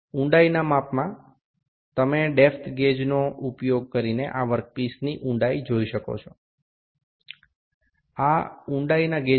গভীরতা পরিমাপে আপনি গভীরতার মাপকটি ব্যবহার করে এই কাজের টুকরোটির গভীরতা দেখতে পাবেন